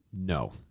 No